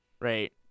right